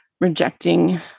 rejecting